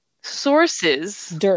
sources